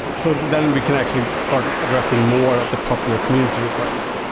so then we can actually start addressing more of the popular community requests,